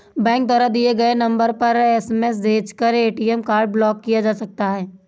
bank द्वारा दिए गए नंबर पर एस.एम.एस भेजकर ए.टी.एम कार्ड ब्लॉक किया जा सकता है